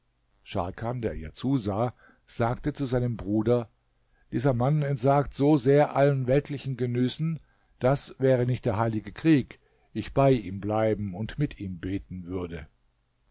scharkan der ihr zusah sagte zu seinem bruder dieser mann entsagt so sehr allen weltlichen genüssen daß wäre nicht der heilige krieg ich bei ihm bleiben und mit ihm beten würde